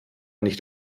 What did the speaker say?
nicht